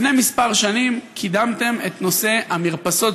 לפני כמה שנים קידמתם את נושא המרפסות,